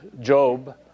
Job